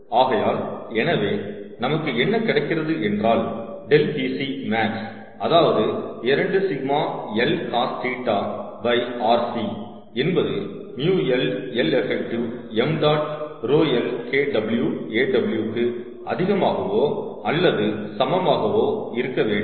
ஆகையால் எனவே நமக்கு என்ன கிடைக்கிறது என்றால் ∆Pc|max அதாவது 2 𝜎l Cos θ rc என்பது μL Leff 𝑚̇ 𝜌l Kw Aw க்கு அதிகமாகவோ அல்லது சமமாகவோ இருக்க வேண்டும்